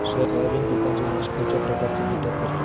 Soybean पिकांचो नाश खयच्या प्रकारचे कीटक करतत?